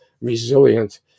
resilient